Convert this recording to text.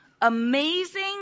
amazing